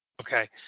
Okay